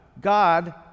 God